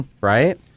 Right